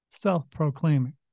self-proclaiming